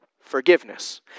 Forgiveness